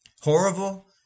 Horrible